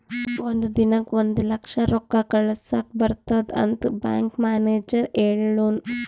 ಒಂದ್ ದಿನಕ್ ಒಂದ್ ಲಕ್ಷ ರೊಕ್ಕಾ ಕಳುಸ್ಲಕ್ ಬರ್ತುದ್ ಅಂತ್ ಬ್ಯಾಂಕ್ ಮ್ಯಾನೇಜರ್ ಹೆಳುನ್